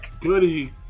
Goody